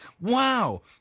Wow